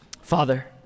Father